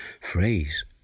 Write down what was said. phrase